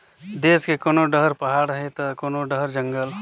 देस के कोनो डहर पहाड़ हे त कोनो डहर जंगल